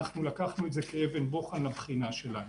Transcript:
לקחנו את זה כאבן בוחן לבחינה שלנו.